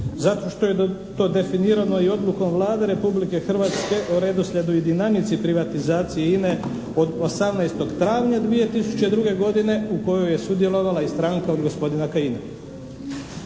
Zato što je to definirano i odlukom Vlade Republike Hrvatske o redoslijedu i dinamici privatizacije INA-e od 18. travnja 2002. godine u kojoj je sudjelovala i stranka od gospodina Kajina.